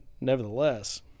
nevertheless